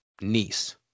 niece